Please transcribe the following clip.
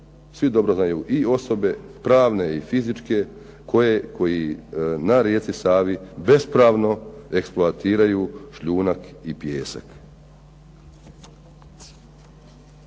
svi dobro znaju i osobe i pravne i fizičke koji na rijeci Savi bespravno eksploatiraju šljunak i pijesak.